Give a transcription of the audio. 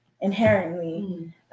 inherently